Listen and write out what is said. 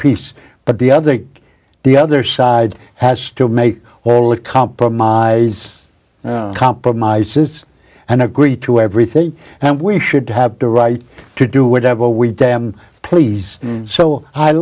peace but the other the other side has to make all the compromise compromises and agree to everything and we should have the right to do whatever we damn please